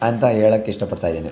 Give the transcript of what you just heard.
ಅಂತ ಹೇಳಕ್ ಇಷ್ಟಪಡ್ತಾಯಿದ್ದೀನಿ